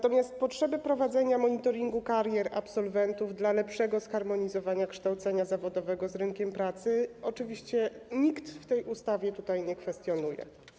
Potrzeby prowadzenia monitoringu karier absolwentów dla lepszego zharmonizowania kształcenia zawodowego z rynkiem pracy oczywiście nikt w przypadku tej ustawy tutaj nie kwestionuje.